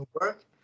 work